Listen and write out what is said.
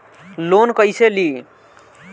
Loan कईसे ली?